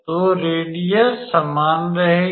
तो रेडियस समान रहेगी